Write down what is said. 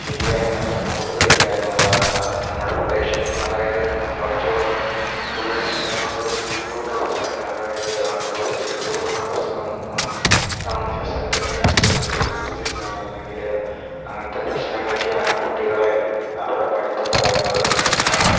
ശരിയായ നല്ല സ്കൂളുകളില്ല എന്നുള്ളതാണ് നമ്മുടെ പ്രദേശത്തും അതായത് കുറച്ച് കൂടെ ഉൾ സ്ഥലങ്ങളിലൂടെ ഉള്ളിലോട്ട് ഉള്ള സ്ഥലങ്ങള് അതായത് ആദിവാസി കുടുംബങ്ങളൊക്കെ സ്ഥ താമസിക്കുന്ന സ്ഥലത്തൊക്കെ ആണെങ്കിലും നല്ല സ്കൂളില്ല അല്ലങ്കില് അങ്ങനത്തെ പ്രശ്നങ്ങൾ ഒക്കെയാണ് കുട്ടികളെ അവരുടെ പഠിത്തം തടയുന്നത്